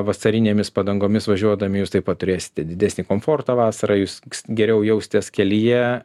vasarinėmis padangomis važiuodami jūs taip pat turėsite didesnį komfortą vasarą jūs geriau jausitės kelyje